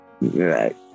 Right